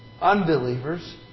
unbelievers